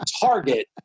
target